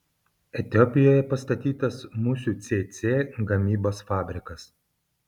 etiopijoje pastatytas musių cėcė gamybos fabrikas